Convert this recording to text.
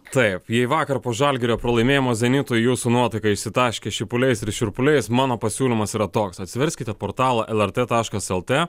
taip jai vakar po žalgirio pralaimėjimo zenitui jūsų nuotaka išsitaškė šipuliais ir šiurpuliais mano pasiūlymas yra toks atsiverskite portalą lrt taškas lt